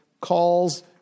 calls